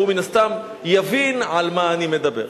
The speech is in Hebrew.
והוא מן הסתם יבין על מה אני מדבר.